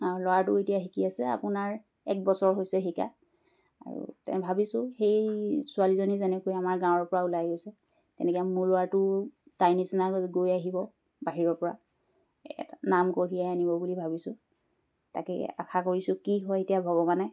আৰু ল'ৰাটো এতিয়া শিকি আছে আপোনাৰ এক বছৰ হৈছে শিকা আৰু তেনে ভাবিছোঁ সেই ছোৱালীজনী যেনেকৈ আমাৰ গাঁৱৰ পৰা ওলাই গৈছে তেনেকৈ মোৰ ল'ৰাটো তাইৰ নিচিনাকৈ গৈ আহিব বাহিৰৰ পৰা নাম কঢ়িয়াই আনিব বুলি ভাবিছোঁ তাকে আশা কৰিছোঁ কি হয় এতিয়া ভগৱানে